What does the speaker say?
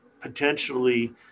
potentially